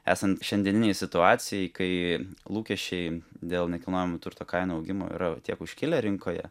esant šiandieninei situacijai kai lūkesčiai dėl nekilnojamo turto kainų augimo yra tiek užkilę rinkoje